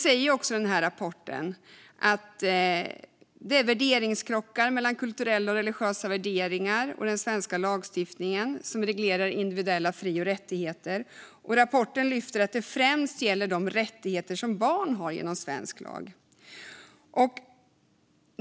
I rapporten talas det om krockar mellan kulturella och religiösa värderingar och den svenska lagstiftning som reglerar individuella fri och rättigheter. Rapporten lyfter fram att detta främst gäller de rättigheter som barn har genom svensk lag.